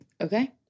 okay